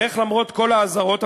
איך למרות כל האזהרות,